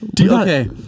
Okay